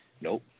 Nope